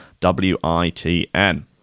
WITN